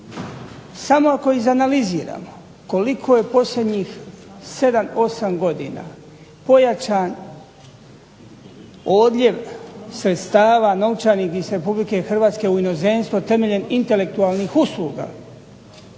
Samo ako izanaliziramo koliko je posljednjih 7, 8 godina pojačan odljev sredstava novčanih Republike Hrvatske u inozemstvo temeljem intelektualnih usluga